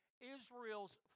Israel's